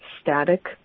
static